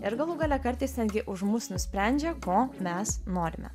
ir galų gale kartais netgi už mus nusprendžia ko mes norime